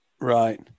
Right